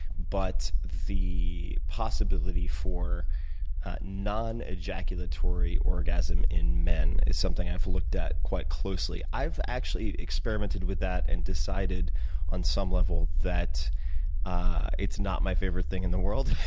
but the possibility for non-ejaculatory orgasm in men is something i've looked at quite closely. i've actually experimented with that and decided on some level that ah it's not my favorite thing in the world,